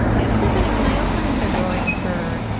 it's riveting and i also think they're going for.